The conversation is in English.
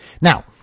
Now